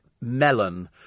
melon